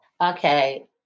Okay